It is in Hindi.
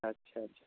अच्छा अच्छा